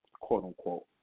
quote-unquote